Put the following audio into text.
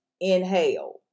inhale